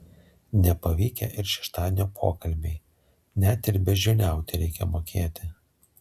nepavykę ir šeštadienio pokalbiai net ir beždžioniauti reikia mokėti